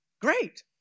Great